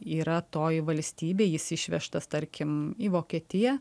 yra toj valstybėj jis išvežtas tarkim į vokietiją